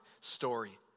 story